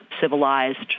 civilized